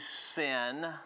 sin